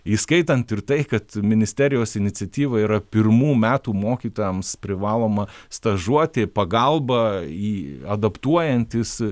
įskaitant ir tai kad ministerijos iniciatyva yra pirmų metų mokytojams privaloma stažuotė pagalba į adaptuojantis